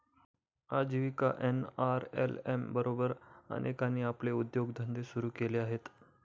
आजीविका एन.आर.एल.एम बरोबर अनेकांनी आपले उद्योगधंदे सुरू केले आहेत